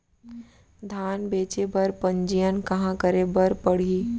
धान बेचे बर पंजीयन कहाँ करे बर पड़ही?